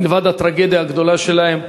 מלבד הטרגדיה הגדולה שלהם,